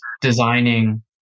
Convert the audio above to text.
designing